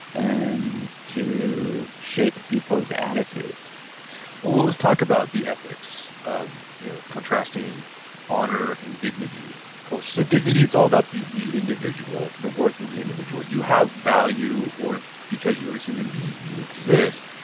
and to shape people's attitudes well let's talk about the ethics of you know contrasting honor and dignity culture. so dignity it's all about the the individual, the worth of the individual. you have value worth because you're a human being, you exist.